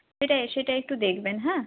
সেটাই সেটা একটু দেখবেন হ্যাঁ